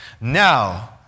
Now